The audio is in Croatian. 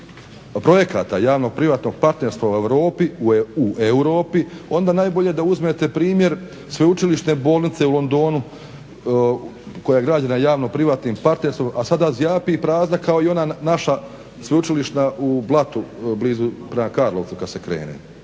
projekata javno-privatnog partnerstva u Europi onda najbolje da uzmete primjer sveučilišne bolnice u Londonu koja je građena javno-privatnim partnerstvom, a sada zjapi prazna kao i ona naša sveučilišna u Blatu blizu, prema Karlovcu kad se krene.